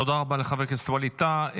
תודה רבה לחבר הכנסת ווליד טאהא.